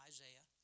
Isaiah